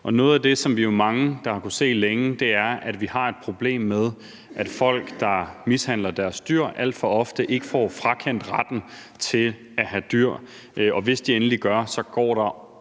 Noget af det, som vi jo er mange der har kunnet se længe, er, at vi har et problem med, at folk, der mishandler deres dyr, alt for ofte ikke får frakendt retten til at have dyr; og hvis de endelig gør, går der